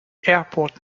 airport